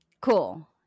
Cool